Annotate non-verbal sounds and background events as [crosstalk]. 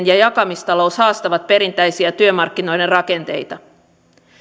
[unintelligible] ja jakamistalous haastavat perinteisiä työmarkkinoiden rakenteita